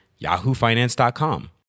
yahoofinance.com